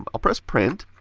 ah i'll press print,